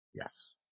Yes